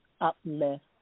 uplift